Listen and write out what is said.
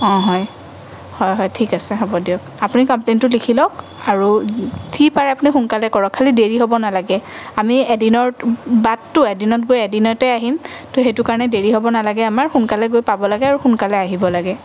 অঁ হয় হয় হয় ঠিক আছে হ'ব দিয়ক আপুনি কমপ্লেইনটো লিখি লওঁক আৰু যি পাৰে আপুনি সোনকালে কৰক খালী দেৰি হ'ব নালাগে আমি এদিনৰ বাটটো এদিনত গৈ এদিনতে আহিম ত' সেইটো কাৰণে দেৰি হ'ব নালাগে আমাৰ সোনকালে গৈ পাব লাগে আৰু সোনকালে আহিব লাগে